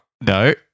No